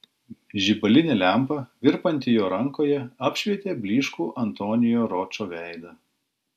žibalinė lempa virpanti jo rankoje apšvietė blyškų antonio ročo veidą